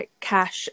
cash